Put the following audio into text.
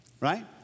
right